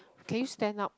can you stand up